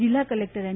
જિલ્લા collector N